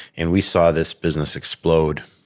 and we saw this business explode.